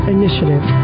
initiative